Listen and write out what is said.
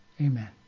Amen